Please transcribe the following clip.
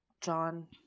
John